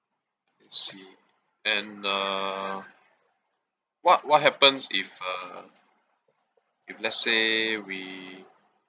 I see and uh what what happens if uh if let's say we